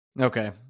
Okay